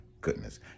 goodness